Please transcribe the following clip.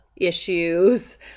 issues